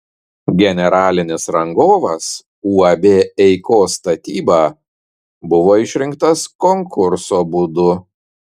generalinis rangovas uab eikos statyba buvo išrinktas konkurso būdu